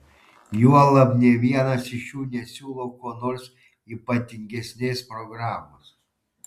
juolab nė vienas iš jų nesiūlo kuo nors ypatingesnės programos